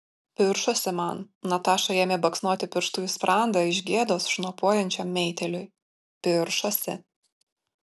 piršosi man nataša ėmė baksnoti pirštu į sprandą iš gėdos šnopuojančiam meitėliui piršosi